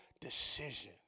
decision